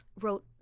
wrote